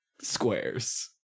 squares